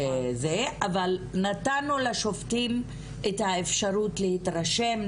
אבל נתנו לשופטים את האפשרות להתרשם,